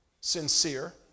Sincere